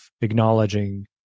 acknowledging